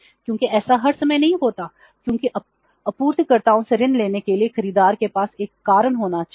लेकिन ऐसा हर समय नहीं होता है क्योंकि आपूर्तिकर्ता से ऋण लेने के लिए खरीदार के पास एक कारण होना चाहिए